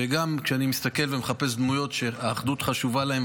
שגם כשאני מסתכל ומחפש דמויות שהאחדות חשובה להן,